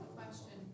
question